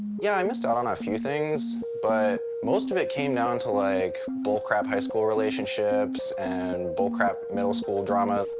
yeah, i missed out on a few things, but most of it came down to like bull crap high school relationships and bull crap middle school drama.